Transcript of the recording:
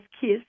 kiss